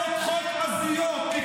קוראים לסרבנות.